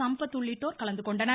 சம்பத் உள்ளிட்டோர் கலந்து கொண்டனர்